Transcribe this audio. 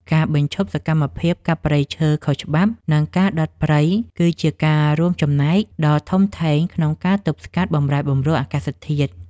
ការបញ្ឈប់សកម្មភាពកាប់ព្រៃឈើខុសច្បាប់ និងការដុតព្រៃគឺជាការរួមចំណែកដ៏ធំធេងក្នុងការទប់ស្កាត់បម្រែបម្រួលអាកាសធាតុ។